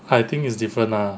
I think is different lah